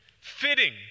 fitting